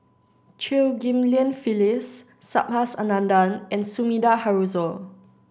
Chew Ghim Lian Phyllis Subhas Anandan and Sumida Haruzo